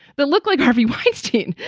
they look like harvey weinstein,